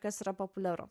kas yra populiaru